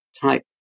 type